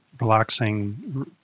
relaxing